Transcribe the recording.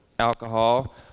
alcohol